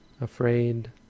afraid